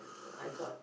I got